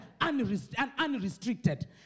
unrestricted